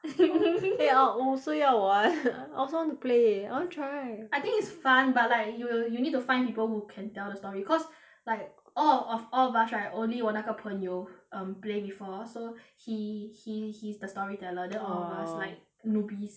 eh I 我也是要玩 I also want to play I want try I think it's fun but like yo~ you need to find people who can tell the story cause like all of all of us right only 我那个朋友 um play before so he he he's the story teller then orh all of us like newbie